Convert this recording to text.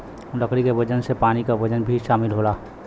लकड़ी के वजन में पानी क वजन भी शामिल होला